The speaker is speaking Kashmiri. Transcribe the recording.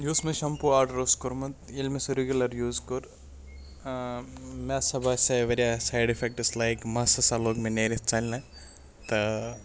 یُس مےٚ شمپوٗ آرڈَر اوس کوٚرمُت ییٚلہِ مےٚ سُہ رِگیوٗلَر یوٗز کوٚر مےٚ ہَسا باسے واریاہ سایِڈ اِفٮ۪کٹٕس لایِک مَس ہَسا لوٚگ مےٚ نیٖرِتھ ژَلنہٕ تہٕ